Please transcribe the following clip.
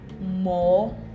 more